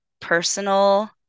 personal